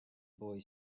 boy